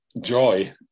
joy